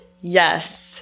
Yes